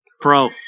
Pro